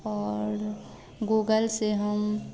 और गूगल से हम